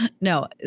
No